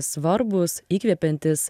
svarbūs įkvepiantys